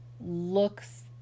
looks